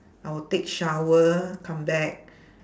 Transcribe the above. I would take shower come back